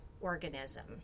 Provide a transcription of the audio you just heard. organism